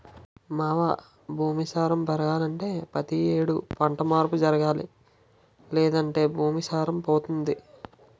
మావా భూమి సారం పెరగాలంటే పతి యేడు పంట మార్పు జరగాలి లేదంటే భూమి సారం పోతుంది